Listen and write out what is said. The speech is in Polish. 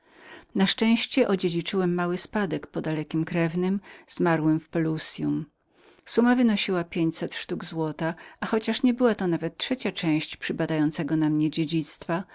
na szczęście oddziedziczyłem mały spadek po dalekim krewnym zmarłym w peluzie summa wynosiła pięćset sztuk złota a chociaż to niebyła trzecia część przypadającego na mnie dziedzictwa